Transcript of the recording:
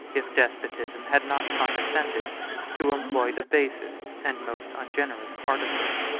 if despotism had not condescended to employ the basest and most ungenerous artifice.